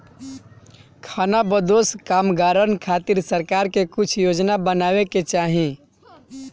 खानाबदोश कामगारन खातिर सरकार के कुछ योजना बनावे के चाही